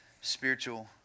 spiritual